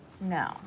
No